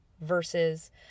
versus